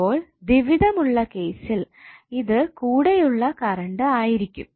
അപ്പോൾ ദ്വിത്വം ഉള്ള കേസിൽ ഇത് കൂടെയുള്ള കറണ്ട് ആയിരിക്കും